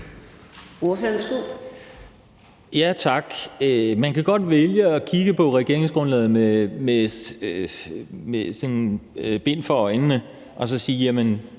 (V): Tak. Man kan godt vælge at kigge på regeringsgrundlaget med bind for øjnene og så sige: Jamen